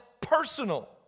personal